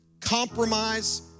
compromise